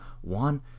One